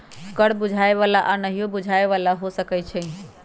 कर बुझाय बला आऽ नहियो बुझाय बला हो सकै छइ